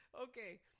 Okay